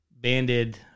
banded